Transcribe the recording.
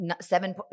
seven